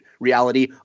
Reality